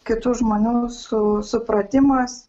kitų žmonių su supratimas